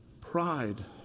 Pride